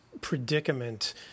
predicament